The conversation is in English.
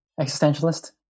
existentialist